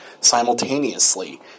simultaneously